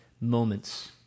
moments